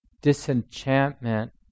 disenchantment